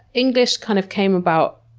english kind of came about